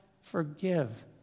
forgive